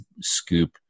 scoop